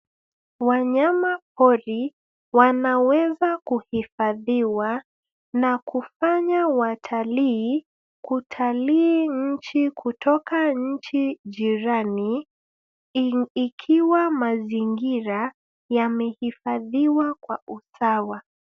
Wanyamapori wanaweza kuhifadhiwa na kufanya watalii kutalii nchi kutoka nchi jirani, ikiwa mazingira yamehifadhiwa kwa usawa.